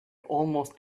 almost